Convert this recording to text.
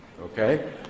okay